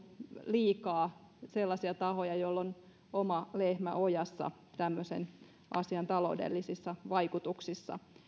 liikaa sellaisia tahoja joilla on oma lehmä ojassa asian taloudellisissa vaikutuksissa